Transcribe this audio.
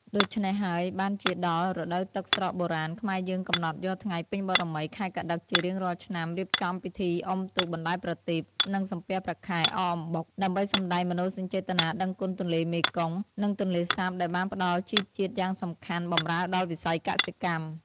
ដូច្នេះហើយបានជាដល់ រដូវទឹកស្រកបុរាណ ខ្មែរយើងកំណត់យកថ្ងៃពេញបូណ៌មី ខែកត្តិក ជារៀងរាល់ឆ្នាំ រៀបចំពិធីអុំទូក បណ្តែតប្រទីប និងសំពះព្រះខែ អកអំបុក ដើម្បីសម្តែងមនោសញ្ចេតនាដឹងគុណទន្លេមេគង្គ និងទន្លេសាបដែលបានផ្តល់ជីជាតិយ៉ាងសំខាន់បម្រើដល់វិស័យកសិកម្ម។